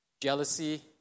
jealousy